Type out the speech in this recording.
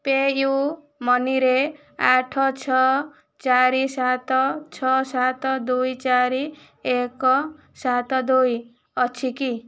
PayU ମନିରେ ଆଠ ଛଅ ଚାରି ସାତ ଛଅ ସାତ ଦୁଇ ଚାରି ଏକ ସାତ ଦୁଇ ଅଛି କି